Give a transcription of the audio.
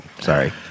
sorry